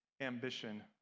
ambition